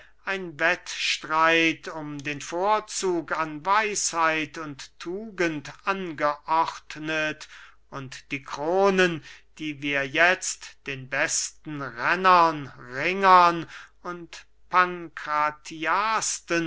ein wettstreit um den vorzug an weisheit und tugend angeordnet und die kronen die wir jetzt den besten rennern ringern und